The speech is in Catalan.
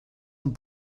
amb